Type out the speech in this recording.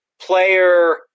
player